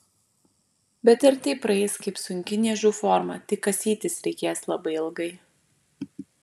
bet ir tai praeis kaip sunki niežų forma tik kasytis reikės labai ilgai